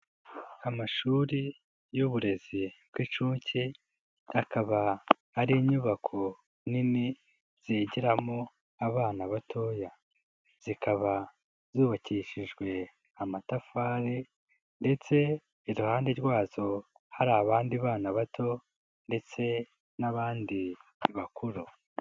Amashuri y'uburezi bw'inshuke, akaba ari inyubako nini zigiramo abana batoya, zikaba zubakishijwe amatafari ndetse iruhande rwazo hari abandi bana bato ndetse n'abandi bakuru.